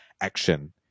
action